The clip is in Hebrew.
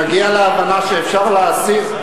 נגיע להבנה שאפשר להשיג.